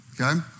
okay